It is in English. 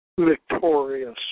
Victorious